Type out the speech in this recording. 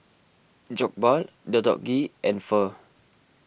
Jokbal Deodeok Gui and Pho